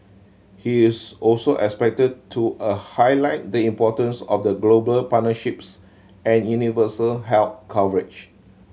he is also expected to a highlight the importance of global partnerships and universal health coverage